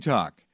Talk